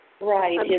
Right